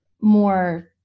more